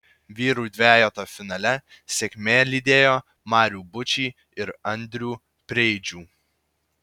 vyrų dvejeto finale sėkmė lydėjo marių bučį ir andrių preidžių